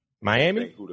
Miami